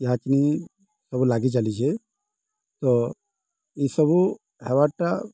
ଏହା ଚିନି ସବୁ ଲାଗି ଚାଲିଛେ ତ ଏଇସବୁ ହେବାର୍ଟା